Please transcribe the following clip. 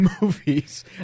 movies